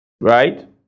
Right